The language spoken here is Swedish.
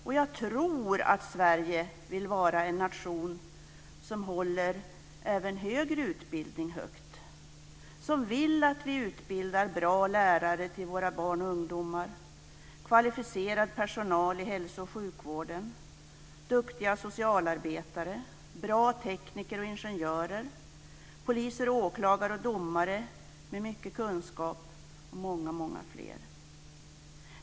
Jag tror att Sverige vill vara en nation som håller även högre utbildning högt, som vill att vi utbildar bra lärare till våra barn och ungdomar, kvalificerad personal i hälso och sjukvården, duktiga socialarbetare, bra tekniker och ingenjörer, poliser, åklagare och domare med mycket kunskap och många fler.